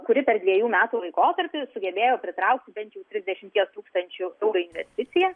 kuri per dvejų metų laikotarpį sugebėjo pritraukti bent jau trisdešimties tūkstančių eurų investiciją